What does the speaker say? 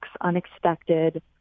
unexpected